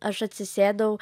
aš atsisėdau